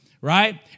right